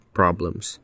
problems